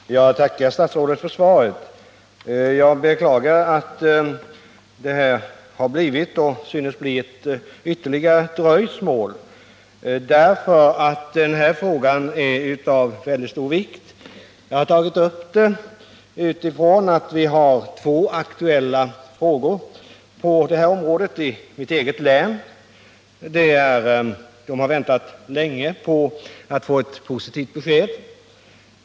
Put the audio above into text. Herr talman! Jag tackar statsrådet för svaret. Jag beklagar att det här synes bli ett ytterligare dröjsmål. Den här frågan är av stor vikt. Bakgrunden till att jag har tagit upp den är två aktuella fall i mitt eget län. Man har där väntat länge på att få ett positivt besked.